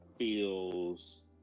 feels